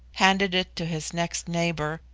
handed it to his next neighbour,